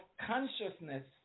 consciousness